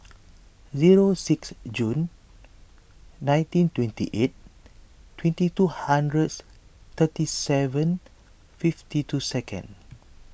zero six June nineteen twenty eight twenty two hundreds thirty seven fifty two seconds